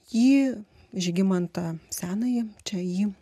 jį žygimantą senąjį čia jį